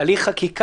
זה בהליך חקיקה,